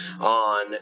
on